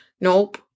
Nope